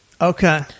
Okay